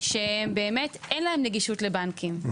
שבאמת אין להן נגישות לבנקים,